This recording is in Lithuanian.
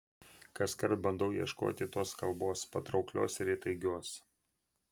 kaskart bandau ieškoti tos kalbos patrauklios ir įtaigios